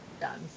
done